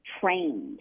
trained